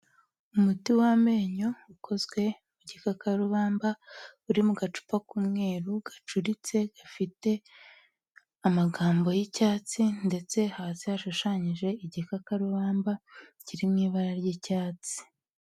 Umuti w'amenyo ukozwe mu gikakarubamba, uri mu gacupa k'umweru gacuritse, gafite amagambo y'icyatsi ndetse hasi hashushanyije igikakarubamba kiri mu ibara ry'icyatsi.